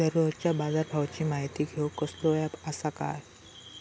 दररोजच्या बाजारभावाची माहिती घेऊक कसलो अँप आसा काय?